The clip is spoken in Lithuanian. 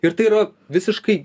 ir tai yra visiškai